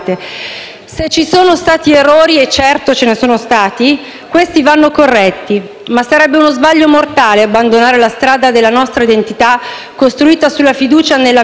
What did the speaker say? Se ci sono stati errori - e certo ce ne sono stati - questi vanno corretti, ma sarebbe uno sbaglio mortale abbandonare la strada della nostra identità, costruita sulla fiducia nella persona,